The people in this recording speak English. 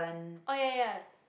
oh ya ya ya